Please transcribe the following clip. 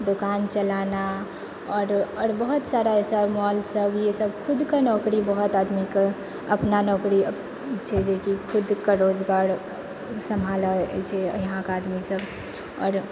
दोकान चलाना आओर आओर बहुत सारा ऐसा मॉल सब इएह सभ खुदके नौकरी बहुत आदमीके अपना नौकरी छै जेकि खुदके रोजगार सम्हाले अछि यहाँके आदमी सब आओर